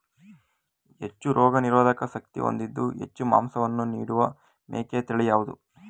ಹೆಚ್ಚು ರೋಗನಿರೋಧಕ ಶಕ್ತಿ ಹೊಂದಿದ್ದು ಹೆಚ್ಚು ಮಾಂಸವನ್ನು ನೀಡುವ ಮೇಕೆಯ ತಳಿ ಯಾವುದು?